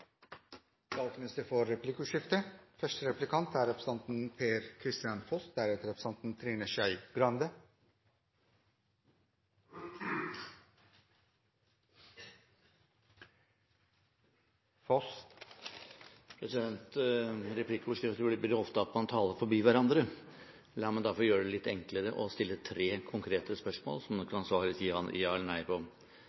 replikkordskifte. I replikkordskifter blir det ofte til at man taler forbi hverandre. La meg derfor gjøre det litt enklere og stille tre konkrete spørsmål som